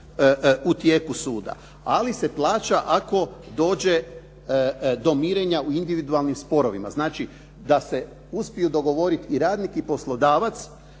u tijeku suda, ali se plaća ako dođe do mirenja u individualnim sporovima. Znači, da se uspiju dogovoriti i radnik i poslodavac,